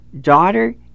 Daughter